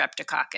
streptococcus